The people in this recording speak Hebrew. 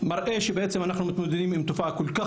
מראה שבעצם אנחנו מתמודדים עם תופעה כל כך